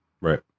Right